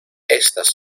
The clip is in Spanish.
estas